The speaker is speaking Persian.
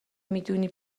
میدونی